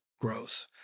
growth